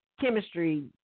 chemistry